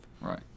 Right